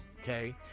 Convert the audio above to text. okay